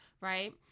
Right